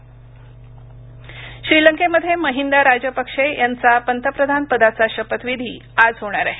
शपथविधी श्रीलंकेमध्ये महिंदा राजपक्ष यांचा पंतप्रधानपदाचा शपथविधी आज होणार आहे